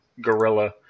Gorilla